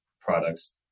products